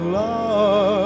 love